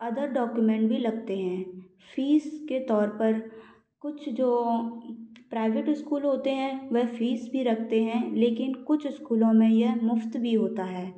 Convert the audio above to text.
other document भी लगते हैं फ़ीस के तौर पर कुछ जो प्राइवेट स्कूल होते हैं वह फ़ीस भी रखते हैं लेकिन कुछ स्कूलों में यह मुफ्त भी होता है